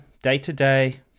day-to-day